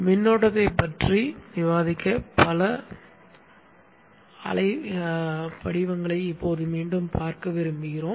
மின்னோட்டத்தைப் பற்றி விவாதிக்க அலை படிவங்களை இப்போது மீண்டும் பார்க்க விரும்புகிறேன்